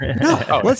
no